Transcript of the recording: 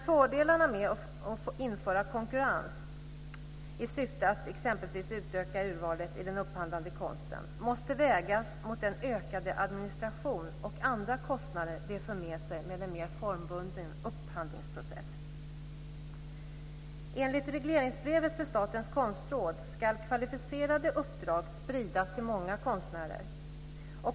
Fördelarna med att införa konkurrens - i syfte att exempelvis utöka urvalet i den upphandlade konsten - måste vägas mot den ökade administration och andra kostnader det för med sig med en mer formbunden upphandlingsprocess. Enligt regleringsbrevet för Statens konstråd ska kvalificerade uppdrag spridas till många konstnärer.